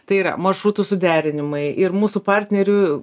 tai yra maršrutų suderinimai ir mūsų partnerių